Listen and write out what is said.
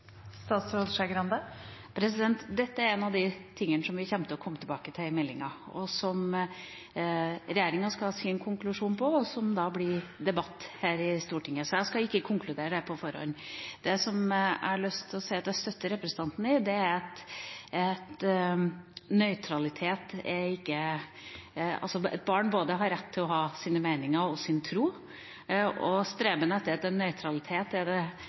Dette er en av de tingene som vi kommer til å komme tilbake til i meldinga, og som regjeringa skal ha sin konklusjon på, og som det da blir debatt om her i Stortinget. Så jeg skal ikke konkludere på forhånd. Det som jeg har lyst til å si at jeg støtter representanten i, er at barn har rett til å ha både sine meninger og sin tro, og om hvorvidt ikke-religiøs oppdragelse er det